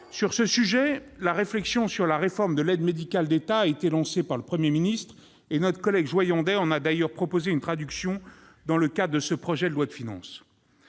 Sur ce sujet, la réflexion relative à la réforme de l'aide médicale d'État (AME) a été lancée par le Premier ministre, et notre collègue Alain Joyandet en a proposé une traduction dans le cadre de ce projet de loi de finances.